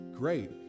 great